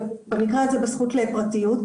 ובמקרה הזה הזכות לפרטיות.